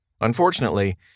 Unfortunately